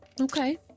okay